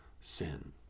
sin